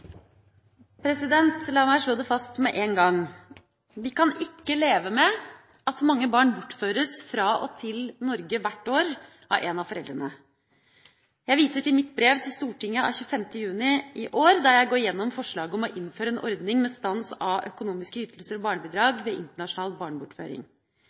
gang: Vi kan ikke leve med at mange barn bortføres fra og til Norge hvert år av en av foreldrene. Jeg viser til mitt brev til Stortinget av 25. juni i år, der jeg går igjennom forslaget om å innføre en ordning med stans av økonomiske ytelser og